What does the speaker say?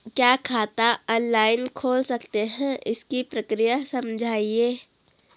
क्या खाता ऑनलाइन खोल सकते हैं इसकी प्रक्रिया समझाइए?